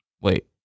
Wait